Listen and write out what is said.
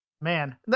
Man